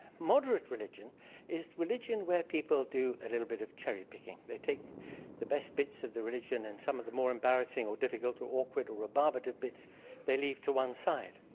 moderate religion is religion where people do a little bit of cherry picking. they take the best bits of the religion, and some of the more embarrassing, or difficult, or awkward, or rebarbative bits they leave to one side.